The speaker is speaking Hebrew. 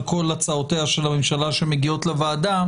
כל הצעותיה של הממשלה שמגיעות לוועדה.